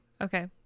Okay